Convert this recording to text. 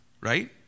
right